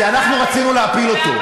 כי אנחנו רצינו להפיל אותו.